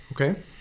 Okay